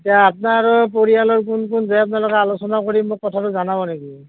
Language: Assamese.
এতিয়া আপোনাৰ পৰিয়ালৰ কোন কোন যায় আপোনালোকে আলোচনা কৰি মোক কথাটো জনাব নেকি